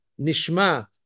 Nishma